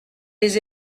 les